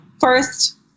first